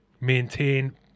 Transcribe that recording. maintain